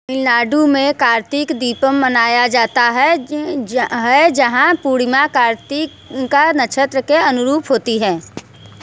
तमिलनाडु में कार्तिक दीपम मनाया जाता है जहां पूर्णिमा कार्तिक का नक्षत्र के अनुरूप होती है